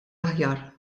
aħjar